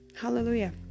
hallelujah